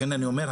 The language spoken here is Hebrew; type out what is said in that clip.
לכן אני אומר,